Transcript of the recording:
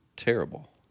terrible